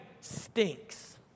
stinks